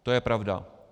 To je pravda.